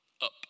up